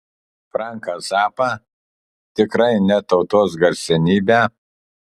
franką zappą tikrai ne tautos garsenybę